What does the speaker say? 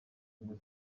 ubumwe